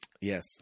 Yes